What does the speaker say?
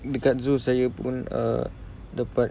dekat zoo saya pun err dapat